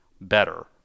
better